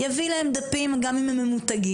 יביא להם דפים גם אם הם ממותגים,